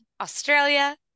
Australia